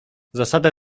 zasadę